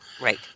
Right